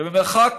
כשבמרחק